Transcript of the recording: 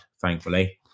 thankfully